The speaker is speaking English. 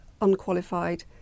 unqualified